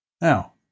Now